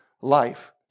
life